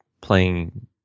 playing